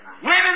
Women